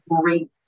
great